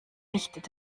nicht